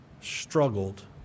struggled